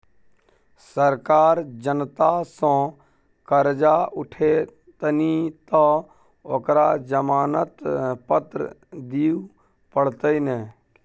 सरकार जनता सँ करजा उठेतनि तँ ओकरा जमानत पत्र दिअ पड़तै ने